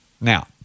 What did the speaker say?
Now